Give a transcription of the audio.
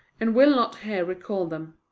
and will not here recall them.